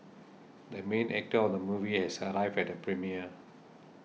the main actor of the movie has arrived at the premiere